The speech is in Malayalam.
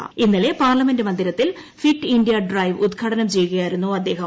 ് ഇന്നലെ പാർലമെന്റ് മന്ദിരത്തിൽ ഫിറ്റ് ഇന്ത്യ ഡ്രൈവ് ഉദ്ഘാട്നം ചെയ്യുകയായിരുന്നു അദ്ദേഹം